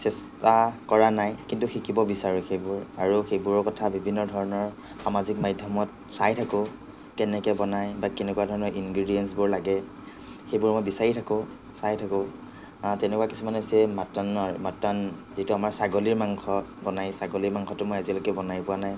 চেষ্টা কৰা নাই কিন্তু শিকিব বিচাৰোঁ সেইবোৰ আৰু সেইবোৰৰ কথা বিভিন্ন ধৰণৰ সামাজিক মাধ্যমত চাই থাকোঁ কেনেকৈ বনাই বা কেনেুৱা ধৰণৰ ইনগ্ৰিদিয়েন্সবোৰ লাগে সেইবোৰ মই বিচাৰি থাকোঁ চাই থাকোঁ তেনেকুৱা কিছুমান হৈছে মটনৰ মটন যিটো আমাৰ ছাগলীৰ মাংস বনাই ছাগলীৰ মাংসটো মই আজিলৈকে বনাই পোৱা নাই